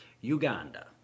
Uganda